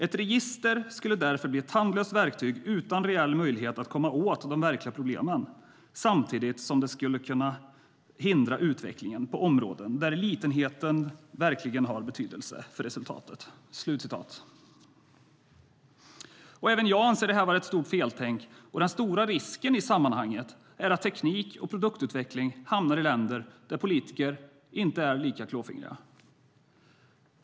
Ett register skulle därför bli ett tandlöst verktyg utan reell möjlighet att komma åt de verkliga problemen, samtidigt som det skulle hindra utvecklingen på områden där litenheten verkligen har betydelse för resultatet. Även jag anser att detta är ett stort feltänk. Den stora risken i sammanhanget är att teknik och produktutveckling hamnar i länder där politiker inte är lika klåfingriga.